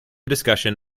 discussion